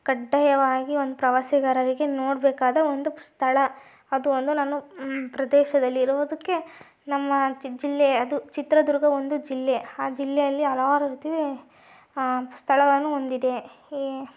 ಕಡ್ಡಾಯವಾಗಿ ಒಂದು ಪ್ರವಾಸಿಗಾರರಿಗೆ ನೋಡ್ಬೆಕಾದ ಒಂದು ಸ್ಥಳ ಅದು ಒಂದು ನಾನು ಪ್ರದೇಶದಲ್ಲಿ ಇರೋದಕ್ಕೆ ನಮ್ಮಾಚೆ ಜಿಲ್ಲೆಯ ಅದು ಚಿತ್ರದುರ್ಗ ಒಂದು ಜಿಲ್ಲೆ ಆ ಜಿಲ್ಲೆಯಲ್ಲಿ ಹಲವಾರು ರೀತಿ ಸ್ಥಳಗಳನ್ನು ಹೊಂದಿದೆ